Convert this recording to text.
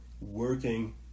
working